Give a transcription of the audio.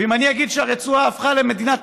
ואם אני אגיד שהרצועה הפכה למדינת טרור,